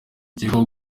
ukekwaho